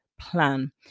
plan